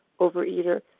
overeater